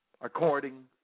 According